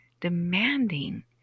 demanding